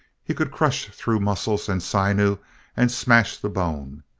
he could crush through muscles and sinews and smash the bone.